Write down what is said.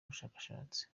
ubushakashatsi